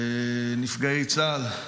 בנפגעי צה"ל,